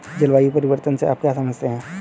जलवायु परिवर्तन से आप क्या समझते हैं?